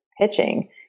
pitching